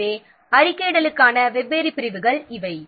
எனவே அறிக்கையிடலுக்கான வெவ்வேறு பிரிவுகள் இவை